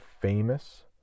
famous